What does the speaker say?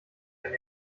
wenn